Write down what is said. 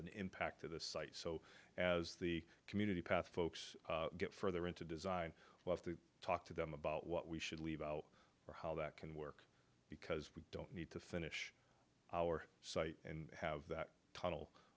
an impact to the site so as the community path folks get further into design well to talk to them about what we should leave out or how that can work because we don't need to finish our site and have that tunnel